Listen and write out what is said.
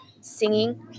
singing